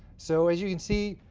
so as you can see,